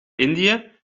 indië